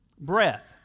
Breath